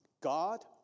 God